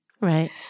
Right